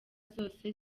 zose